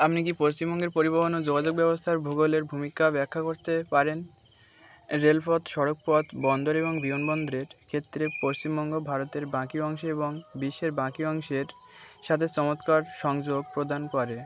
আপনি কি পশ্চিমবঙ্গের পরিবহন যোগাযোগ ব্যবস্থার ভূগোলের ভূমিকা ব্যাখ্যা করতে পারেন রেলপথ সড়কপথ বন্দরে এবং বহনবন্দরের ক্ষেত্রে পশ্চিমবঙ্গ ভারতের বাকি অংশ এবং বিশ্বের বাকি অংশের সাথে চমৎকার সংযোগ প্রদান করে